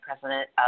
president